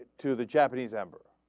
to the japanese amber